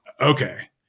okay